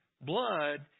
blood